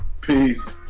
Peace